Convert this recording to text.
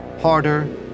harder